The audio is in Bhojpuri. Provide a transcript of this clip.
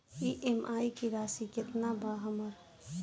ई.एम.आई की राशि केतना बा हमर?